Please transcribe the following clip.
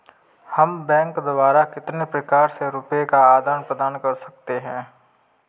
हम बैंक द्वारा कितने प्रकार से रुपये का आदान प्रदान कर सकते हैं?